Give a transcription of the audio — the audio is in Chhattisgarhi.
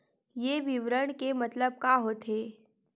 ये विवरण के मतलब का होथे?